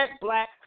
black